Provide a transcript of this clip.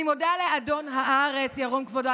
אני מודה לאדון הארץ, ירום כבודו.